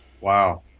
Wow